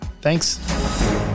Thanks